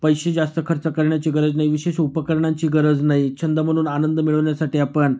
पैसे जास्त खर्च करण्याची गरज नाही विशेष उपकरणांची गरज नाही छंद म्हणून आनंद मिळवण्यासाठी आपण